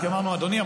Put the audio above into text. אמרנו: אדוני,